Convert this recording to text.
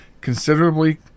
considerably